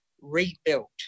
rebuilt